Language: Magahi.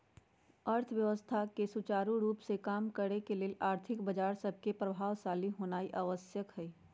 अर्थव्यवस्था के सुचारू रूप से काम करे के लेल आर्थिक बजार सभके प्रभावशाली होनाइ आवश्यक हइ